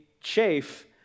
chafe